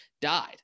died